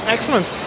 Excellent